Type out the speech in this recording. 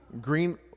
green